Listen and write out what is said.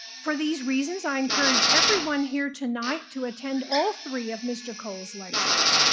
for these reasons, i encourage everyone here tonight to attend all three of mr. cole's lectures.